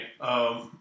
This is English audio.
right